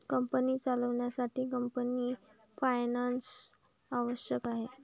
company चालवण्यासाठी company finance आवश्यक आहे